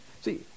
See